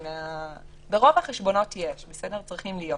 ברוב החשבונות יש, צריכים להיות.